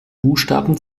buchstaben